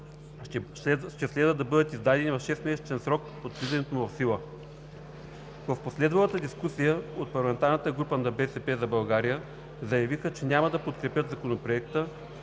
ще следва да бъдат издадени в шестмесечен срок от влизането му в сила. В последвалата дискусия от парламентарната група на „БСП за България“ заявиха, че няма да подкрепят Законопроекта,